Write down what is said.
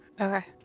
Okay